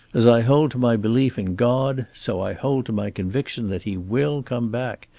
as i hold to my belief in god, so i hold to my conviction that he will come back,